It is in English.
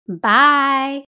Bye